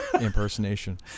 impersonation